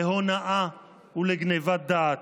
להונאה ולגנבת דעת.